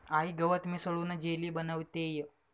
आई गवत मिसळून जेली बनवतेय